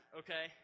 okay